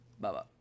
Bye-bye